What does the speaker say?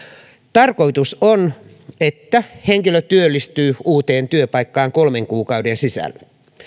tarkoitus on että henkilö työllistyy uuteen työpaikkaan kolmen kuukauden sisällä